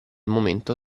momento